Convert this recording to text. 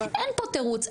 אין פה תירוץ.